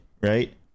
right